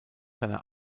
seiner